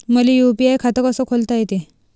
मले यू.पी.आय खातं कस खोलता येते?